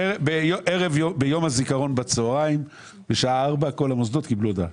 ביום הזיכרון בשעה 4 כל המוסדות קיבלו הודעה.